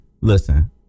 Listen